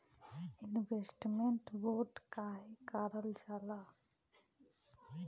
Investment bond काहे कारल जाला?